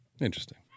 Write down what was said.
interesting